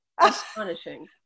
astonishing